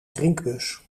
drinkbus